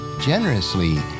generously